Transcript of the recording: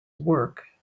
work